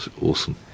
Awesome